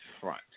front